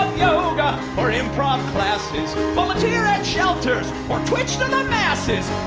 yoga or improv classes, volunteer at shelters, or twitch to the masses,